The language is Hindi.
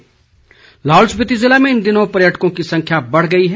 लाहौल पर्यटन लाहौल स्पिति ज़िले में इन दिनों पर्यटकों की संख्या बढ़ गई है